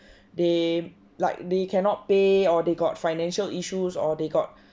they like they cannot pay or they got financial issues or they got